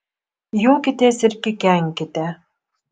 juokitės ir kikenkite